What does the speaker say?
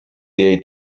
jej